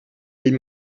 ell